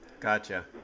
Gotcha